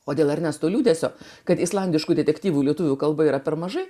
o dėl ernesto liūdesio kad islandiškų detektyvų lietuvių kalba yra per mažai